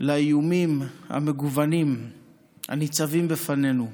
לאיומים המגוונים הניצבים בפנינו.